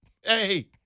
Hey